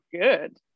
good